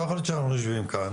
לא יכול להיות שאנחנו יושבים כאן,